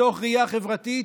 מתוך ראייה חברתית,